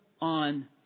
on